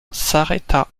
s’arrêta